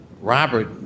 Robert